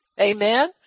Amen